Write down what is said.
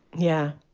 yeah.